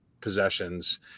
possessions